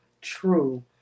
true